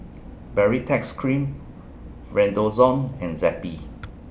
Baritex Cream Redoxon and Zappy